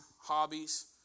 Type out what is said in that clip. hobbies